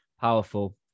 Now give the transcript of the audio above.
Powerful